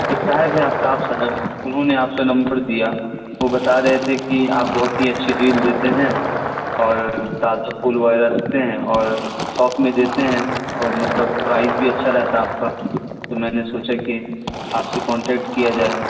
ایک صاحب ہیں آفتاب صاحب انہوں نے آپ کا نمبر دیا وہ بتا رہے تھے کہ آپ بہت ہی اچھی ڈیل دیتے ہیں اور تازہ پھول وغیرہ رکھتے ہیں اور تھوک میں دیتے ہیں اور مطلب پرائز بھی اچھا رہتا ہے آپ کا تو میں نے سوچا کہ آپ سے کانٹیکٹ کیا جائے